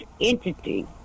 entity